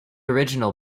original